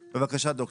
בבקשה, דוקטור.